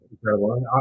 incredible